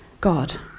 God